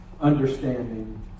understanding